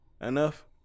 enough